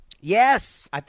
Yes